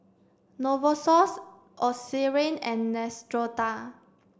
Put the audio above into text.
Novosource Eucerin and Neostrata